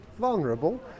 vulnerable